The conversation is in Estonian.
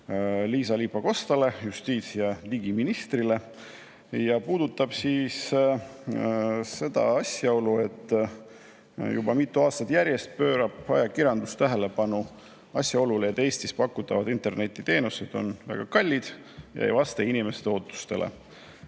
Liisa-Ly Pakostale, justiits- ja digiministrile. See puudutab asjaolu, et juba mitu aastat järjest on ajakirjandus juhtinud tähelepanu asjaolule, et Eestis pakutavad internetiteenused on väga kallid ega vasta inimeste ootustele.